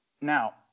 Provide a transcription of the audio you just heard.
Now